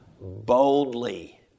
boldly